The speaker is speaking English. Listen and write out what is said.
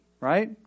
right